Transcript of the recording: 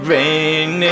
Rain